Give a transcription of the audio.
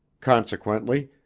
consequently,